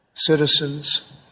citizens